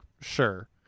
sure